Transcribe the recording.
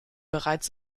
bereits